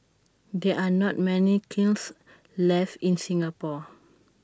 there are not many kilns left in Singapore